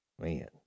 Man